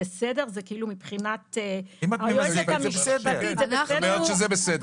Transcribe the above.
מבחינת היועצת המשפטית זה בסדר?